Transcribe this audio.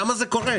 למה זה קורה?